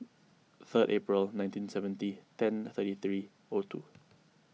third April one nineteen seventy ten thirty three O two